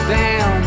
down